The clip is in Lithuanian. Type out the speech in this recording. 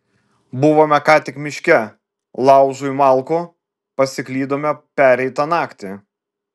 buvome ką tik miške laužui malkų pasiklydome pereitą naktį